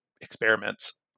experiments